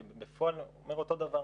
כי בפועל אומר אותו דבר.